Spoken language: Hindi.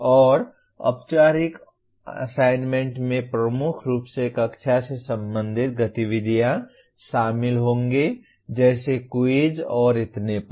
और औपचारिक असाइनमेंट में प्रमुख रूप से कक्षा से संबंधित गतिविधियाँ शामिल होंगी जैसे क्विज़ और इतने पर